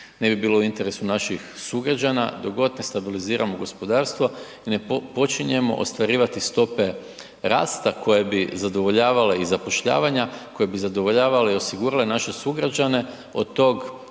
ne bi bilo u interesu naših sugrađana dok god ne stabiliziramo gospodarstvo i ne počinjemo ostvarivati stope rasta koje bi zadovoljavale i zapošljavanja, koje bi zadovoljavale i osigurale naše sugrađane od tog